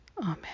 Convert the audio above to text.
Amen